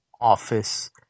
office